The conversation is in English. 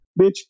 bitch